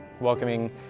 welcoming